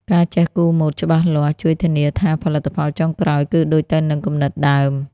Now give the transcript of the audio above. ការចេះគូរម៉ូដច្បាស់លាស់ជួយធានាថាផលិតផលចុងក្រោយគឺដូចទៅនឹងគំនិតដើម។